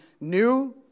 new